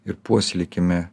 ir puoselėkime